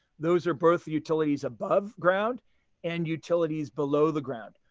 those are both utilities above ground and utilities below the ground.